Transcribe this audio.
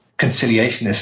conciliationist